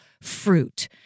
fruit